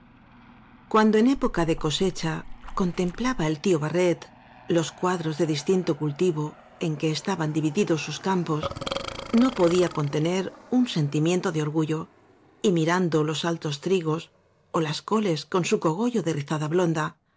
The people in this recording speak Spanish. cuando en época de cosecha contemplaba el tío barret los cuadros de distinto cultivo en que estaban divididos sus campos no podía contener un sentimiento de orgullo y mirando los altos trigos ó las coles con su cogollo de rizada blonda